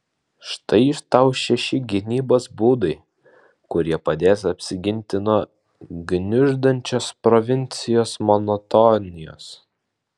šit tau šeši gynybos būdai kurie padės apsiginti nuo gniuždančios provincijos monotonijos